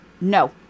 No